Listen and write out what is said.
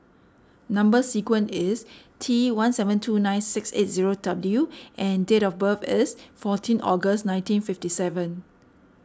Number Sequence is T one seven two nine six eight zero W and date of birth is fourteen August nineteen fifty seven